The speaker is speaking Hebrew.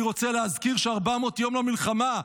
אני רוצה להזכיר ש-400 יום למלחמה,